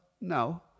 No